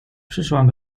przyszłam